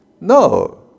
No